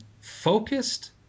focused